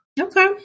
Okay